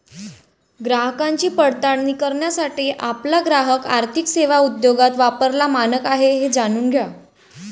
ग्राहकांची पडताळणी करण्यासाठी आपला ग्राहक आर्थिक सेवा उद्योगात वापरलेला मानक आहे हे जाणून घ्या